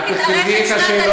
באמת תתארך שנת הלימודים,